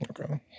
Okay